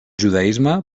judaisme